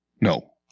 No